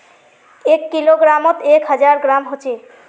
एक किलोग्रमोत एक हजार ग्राम होचे